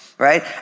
right